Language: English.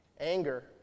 anger